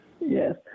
Yes